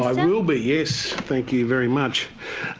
i will be, yes, thank you very much.